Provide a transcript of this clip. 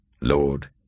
Lord